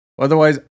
otherwise